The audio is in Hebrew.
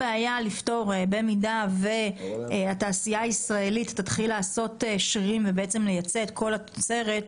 במידה והתעשייה הישראלית תתחיל לעשות שרירים ולייצא את כל התוצרת,